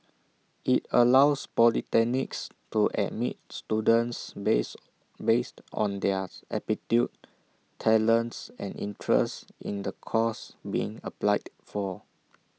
IT allows polytechnics to admits students base based on their aptitude talents and interests in the course being applied for